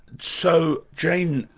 so jane,